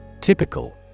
Typical